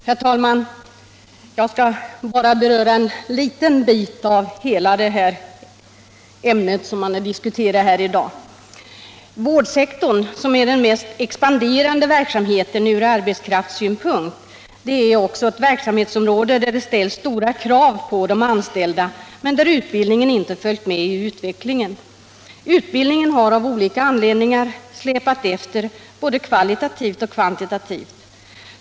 Herr talman! Jag skall bara ta upp en liten bit av hela det ämne som vi diskuterar här i dag. Vårdsektorn, som är den mest expanderande verksamheten från arbetskraftssynpunkt, är också ett verksamhetsområde där det ställs stora krav på de anställda men där utbildningen inte följt med i utvecklingen. Utbildningen har av olika anledningar släpat efter både kvalitativt och kvantitativt.